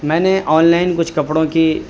میں نے online کچھ کپڑوں کی